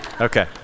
okay